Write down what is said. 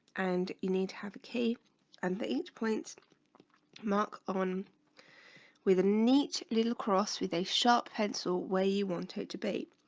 and you need to have a key and the inch point mark on with a neat little cross with a sharp pencil where you want it to be?